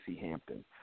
Hampton